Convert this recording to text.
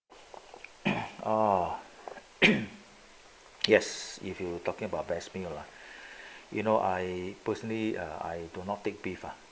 ah yes if you were talking about best thing ya lah you know I personally err I do not take beef ah